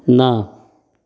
ना